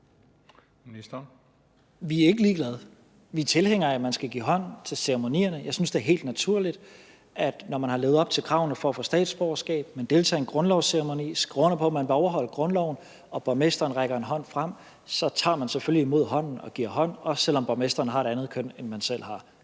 Vi er ikke ligeglade. Vi er tilhængere af, at man skal give hånd til ceremonierne. Jeg synes, det er helt naturligt. Man har levet op til kravene for at få statsborgerskab, man deltager i en grundlovsceremoni, man skriver under på at ville overholde grundloven, og når borgmesteren rækker en hånd frem, så tager man selvfølgelig imod hånden og giver hånd, også selv om borgmesteren har et andet køn, end man selv har.